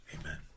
Amen